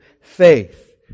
faith